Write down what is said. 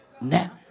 Now